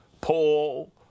Paul